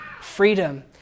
freedom